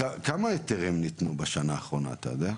כמה היתרים ניתנו בשנה האחרונה אתה יודע?